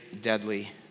deadly